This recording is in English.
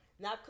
Now